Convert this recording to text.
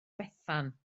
bethan